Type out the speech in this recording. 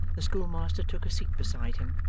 the schoolmaster took a seat beside him,